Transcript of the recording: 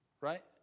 right